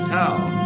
town